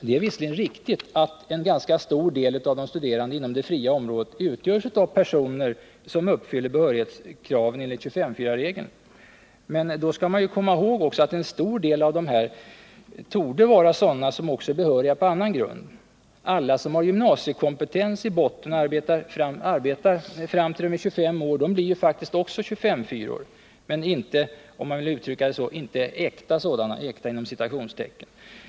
Det är visserligen riktigt att en ganska stor del av de studerande inom det fria området utgörs av personer som uppfyller behörighetskraven enligt 25:4 regeln. Men då skall man också komma ihåg att en stor del av dessa torde vara sådana som också är behöriga på annan grund. Alla som har gymnasiekompetens i botten och arbetar fram till att de är 25 år blir faktiskt också 25:4-or, men inte — om man vill uttrycka det så — ”äkta” sådana.